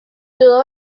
todo